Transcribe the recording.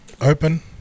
open